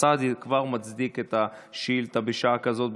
סעדי כבר מצדיקה את השאילתה בשעה כזאת,